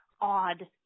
odd